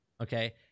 okay